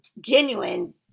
genuine